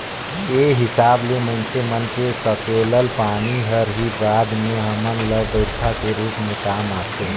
ए हिसाब ले माइनसे मन के सकेलल पानी हर ही बाद में हमन ल बईरखा के रूप में काम आथे